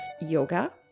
yoga